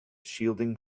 shielding